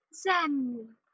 Zen